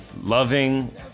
loving